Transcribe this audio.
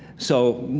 so,